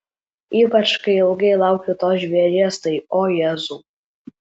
ypač kai ilgai lauki to žvėries tai o jėzau